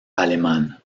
alemán